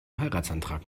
heiratsantrag